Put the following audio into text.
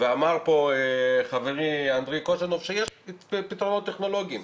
ואמר פה חברי אנדריי קוז'ינוב שיש פתרונות טכנולוגיים,